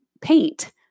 paint